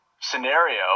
scenario